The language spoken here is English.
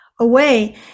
away